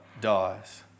dies